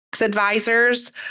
advisors